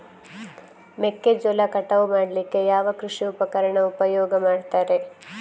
ಮೆಕ್ಕೆಜೋಳ ಕಟಾವು ಮಾಡ್ಲಿಕ್ಕೆ ಯಾವ ಕೃಷಿ ಉಪಕರಣ ಉಪಯೋಗ ಮಾಡ್ತಾರೆ?